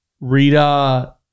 Rita